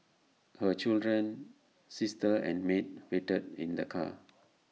her children sister and maid waited in the car